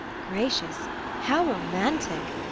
gracious how romantic!